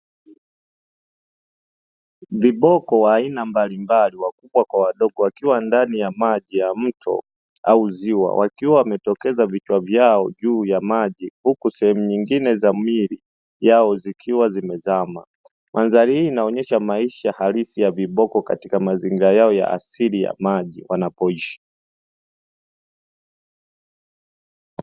Viboko wa aina mbalimbali, wakubwa kwa wadogo, wakiwa ndani ya maji ya mto au ziwa, wakiwa wametokeza vichwa vyao juu ya maji, huku sehemu nyingine za miili yao zikiwa zimezama. Manzari hii inaonyesha maisha halisi ya viboko katika mazingira yao ya asili ya maji wanapoishi.